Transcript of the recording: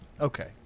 okay